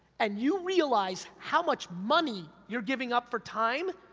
and you realize how much money you're giving up for time,